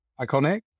iconic